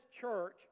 church